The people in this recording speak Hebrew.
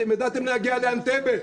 אתם ידעתם להגיע אנטבה.